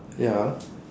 ya